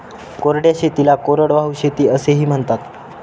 कोरड्या शेतीला कोरडवाहू शेती असेही म्हणतात